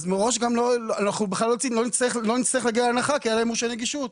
לא נצטרך להגיע להנחה כי היה להם מורשה נגישות.